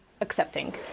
accepting